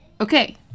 Okay